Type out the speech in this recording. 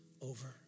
over